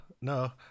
no